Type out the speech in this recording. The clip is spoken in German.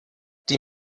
die